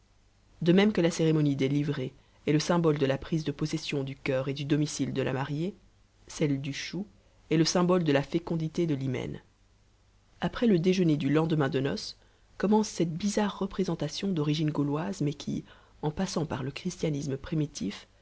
de même que la cérémonie des livrées est le symbole de la prise de possession du cur et du domicile de la mariée celle du chou est le symbole de la fécondité de l'hymen après le déjeuner du lendemain de noces commence cette bizarre représentation d'origine gauloise mais qui en passant par le christianisme primitif